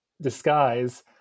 disguise